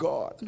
God